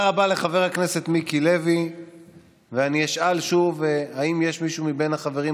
מוצע להקנות לממשלה סמכויות מפורשות מכוח חקיקה